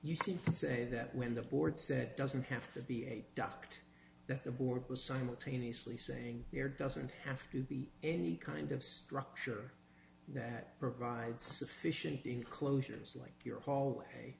you see say that when the board said doesn't have to be a duct that the board was simultaneously saying there doesn't have to be any kind of structure that provide sufficient enclosures like your hallway